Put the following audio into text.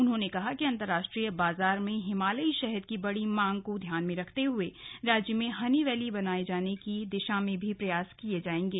उन्होंने कहा कि अन्तराष्ट्रीय बाजार में हिमालयी शहद की बड़ी मांग को ध्यान में रखते हुए राज्य में हनी वैली बनाने की दिशा में भी प्रयास किये जायेंगे